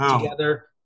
together